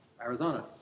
Arizona